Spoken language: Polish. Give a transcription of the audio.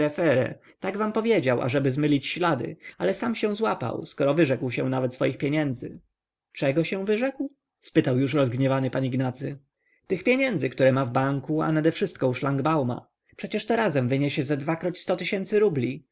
tak wam powiedział ażeby zmylić ślady ale sam się złapał skoro wyrzekł się nawet swoich pieniędzy czego się wyrzekł spytał już rozgniewany pan ignacy tych pieniędzy które ma w banku a nadewszystko u szlangbauma przecież to razem wyniesie ze dwakroć sto tysięcy rubli